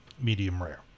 medium-rare